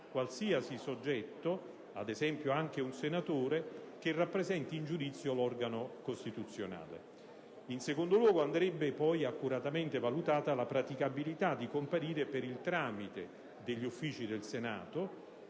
qualsiasi soggetto, ad esempio anche un senatore, che rappresenti in giudizio l'organo costituzionale. In secondo luogo, andrebbe poi accuratamente valutata la praticabilità di comparire per il tramite degli Uffici del Senato.